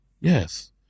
Yes